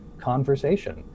conversation